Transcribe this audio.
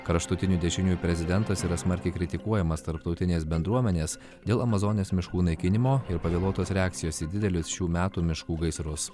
kraštutinių dešiniųjų prezidentas yra smarkiai kritikuojamas tarptautinės bendruomenės dėl amazonės miškų naikinimo ir pavėluotos reakcijos į didelius šių metų miškų gaisrus